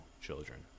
children